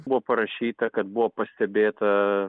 buvo parašyta kad buvo pastebėta